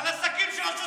6 מיליארד שקל,